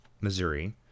Missouri